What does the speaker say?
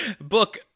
book